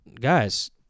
guys